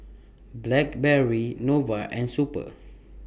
Blackberry Nova and Super